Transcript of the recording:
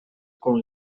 con